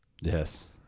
Yes